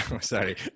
sorry